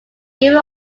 given